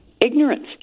ignorance